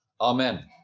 Amen